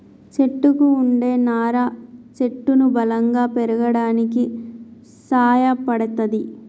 చెట్టుకు వుండే నారా చెట్టును బలంగా పెరగడానికి సాయపడ్తది